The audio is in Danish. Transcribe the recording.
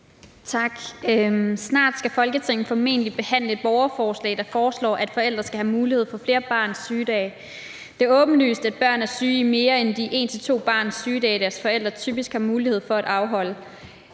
Snart skal Folketinget formentlig behandle et borgerforslag, der foreslår, at forældre skal have mulighed for flere barns sygedage. Det er åbenlyst, at børn er syge i mere end de 1-2 barns sygedage, deres forældre typisk har mulighed for at afholde.